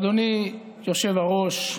אדוני היושב-ראש,